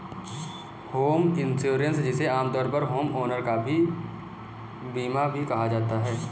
home insurance जिसे आमतौर पर होमओनर का बीमा भी कहा जाता है